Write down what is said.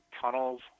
tunnels